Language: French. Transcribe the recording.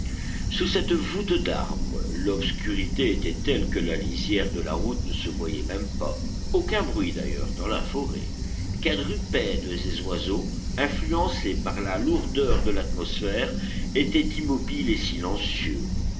sous cette voûte d'arbres l'obscurité était telle que la lisière de la route ne se voyait même pas aucun bruit d'ailleurs dans la forêt quadrupèdes et oiseaux influencés par la lourdeur de l'atmosphère étaient immobiles et silencieux